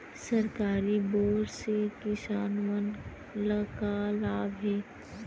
सरकारी बोर से किसान मन ला का लाभ हे?